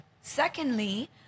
Secondly